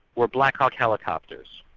were black hawk helicopters,